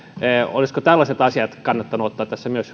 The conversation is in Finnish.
olisiko tällaiset asiat kannattanut ottaa tässä myös